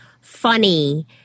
funny